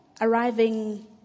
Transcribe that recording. arriving